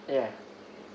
yeah